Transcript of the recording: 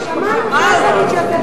רצוני לשאול: